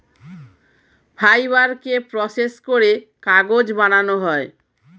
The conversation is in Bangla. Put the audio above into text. ফাইবারকে প্রসেস করে কাগজ বানানো হয়